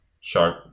shark